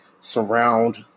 surround